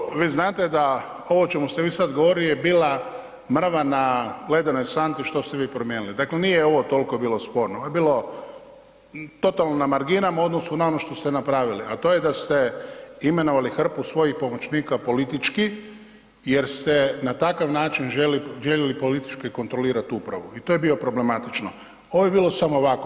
Kolega Mrsiću, vi znate da ovo o čemu ste vi sada govorili je bila mrva na ledenoj santi što ste vi promijenili, dakle nije ovo toliko bilo sporno, ovo je bilo totalno na marginama u odnosu na ono što ste napravili, a to je da ste imenovali hrpu svojih pomoćnika politički, jer ste na takav način željeli politički kontrolirati upravu, i to je bilo problematično, ovo je bilo samo ovako.